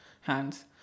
hands